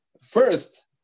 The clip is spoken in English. first